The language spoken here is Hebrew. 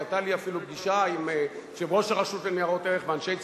והיתה לי אפילו פגישה עם יושב-ראש הרשות לניירות ערך ואנשי צוותו,